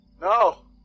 No